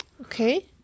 Okay